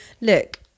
Look